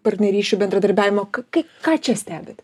partnerysčių bendradarbiavimo kai ką čia stebite